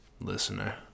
listener